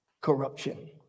corruption